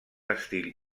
estil